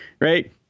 Right